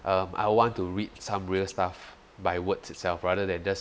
um I want to read some real stuff by words itself rather than just